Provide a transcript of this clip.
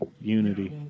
Unity